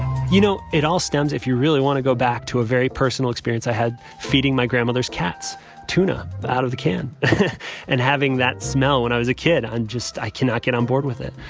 you know, it all stems if you really want to go back to a very personal experience i had feeding my grandmother's cats tuna out of the can and having that smell when i was a kid and just i cannot get on board with it.